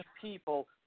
people